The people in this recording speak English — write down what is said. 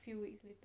few weeks later